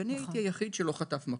ואני הייתי היחיד שלא חטף מכות.